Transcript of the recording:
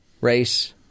race